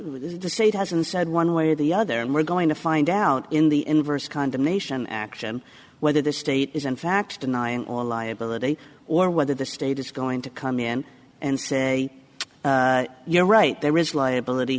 it's the state hasn't said one way or the other and we're going to find out in the inverse condemnation action whether the state is in fact denying or liability or whether the state is going to come in and say you're right there is liability